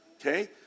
Okay